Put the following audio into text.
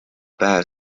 päev